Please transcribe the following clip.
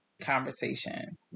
conversation